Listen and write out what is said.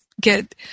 get